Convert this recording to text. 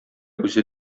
үзе